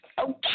Okay